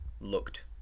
looked